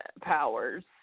powers